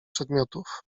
przedmiotów